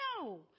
no